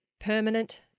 permanent